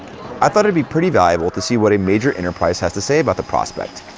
i thought it'd be pretty valuable to see what a major enterprise has to say about the prospect.